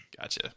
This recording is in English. Gotcha